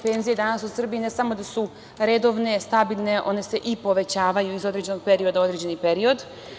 Penzije danas u Srbiji ne samo da su redovne, stabilne, one se i povećavaju iz određenog perioda u određeni period.